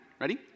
Ready